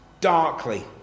darkly